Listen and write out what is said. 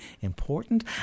important